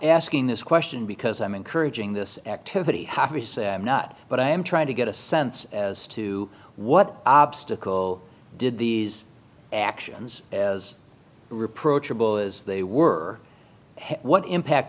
asking this question because i'm encouraging this activity have he said i'm not but i am trying to get a sense as to what obstacle did these actions as reproach or bill as they were what impact